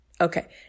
Okay